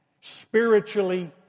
Spiritually